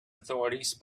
authorities